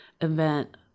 event